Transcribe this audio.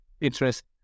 interest